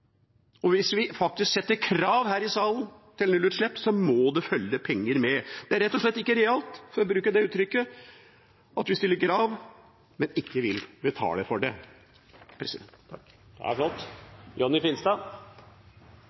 og hvis vi her i salen faktisk stiller krav om nullutslipp, må det følge penger med. Det er rett og slett ikke realt, for å bruke det uttrykket, at vi stiller krav, men ikke vil betale for det.